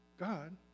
God